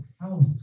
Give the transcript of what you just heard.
house